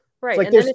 Right